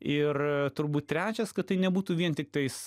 ir turbūt trečias kad tai nebūtų vien tiktais